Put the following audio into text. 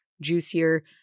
juicier